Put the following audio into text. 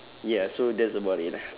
ya so that's about it ah